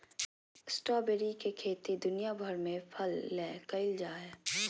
strawberry के खेती दुनिया भर में फल ले कइल जा हइ